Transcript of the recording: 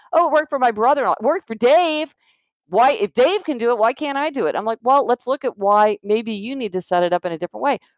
oh, it worked for my brother. and it worked for dave why? if dave can do it, why can't i do it? i'm like, let's look at why. maybe you need to set it up in a different way.